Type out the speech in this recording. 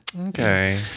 Okay